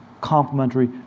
complementary